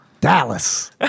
Dallas